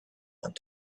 went